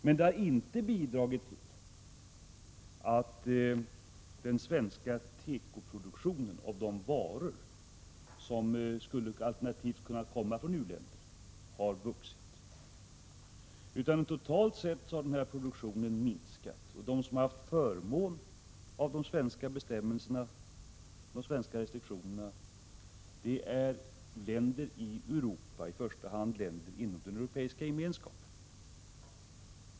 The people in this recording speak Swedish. Men de har inte bidragit till att den svenska tekoproduktionen av de varor som alternativt hade kunnat komma från u-länderna har vuxit. Totalt sett har produktionen minskat. De som har haft fördel av de svenska restriktionerna är länder i Europa, i första hand inom den Europeiska gemenskapen.